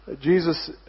Jesus